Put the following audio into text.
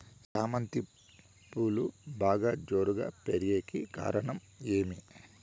చామంతి పువ్వులు బాగా జోరుగా పెరిగేకి కారణం ఏమి?